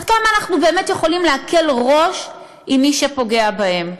עד כמה אנחנו יכולים באמת להקל ראש עם מי שפוגע בהם?